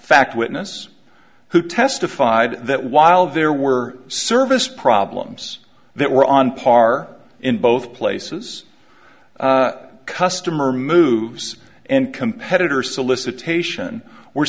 fact witness who testified that while there were service problems that were on par in both places customer moves and competitor solicitation were